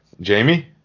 Jamie